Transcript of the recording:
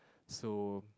so